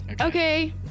Okay